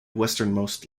westernmost